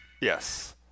Yes